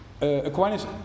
Aquinas